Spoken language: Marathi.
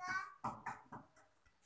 का?